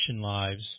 lives